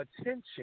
attention